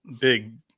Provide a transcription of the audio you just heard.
big